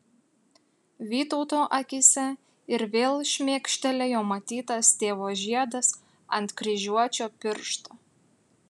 vytauto akyse ir vėl šmėkštelėjo matytas tėvo žiedas ant kryžiuočio piršto